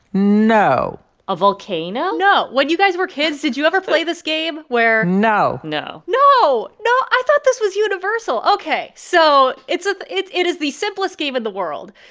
no a volcano? no. when you guys were, kids did you ever play this game where. no no no? no? i thought this was universal. ok. so it's ah it's it is the simplest game in the world.